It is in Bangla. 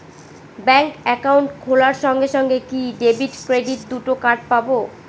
ব্যাংক অ্যাকাউন্ট খোলার সঙ্গে সঙ্গে কি ডেবিট ক্রেডিট দুটো কার্ড পাবো?